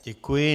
Děkuji.